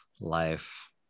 life